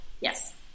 Yes